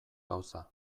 gauza